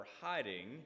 hiding